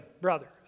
brothers